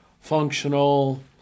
functional